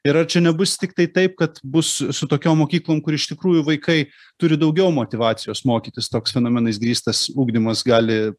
ir ar čia nebus tiktai taip kad bus su tokiom mokyklom kur iš tikrųjų vaikai turi daugiau motyvacijos mokytis toks fenomenais grįstas ugdymas gali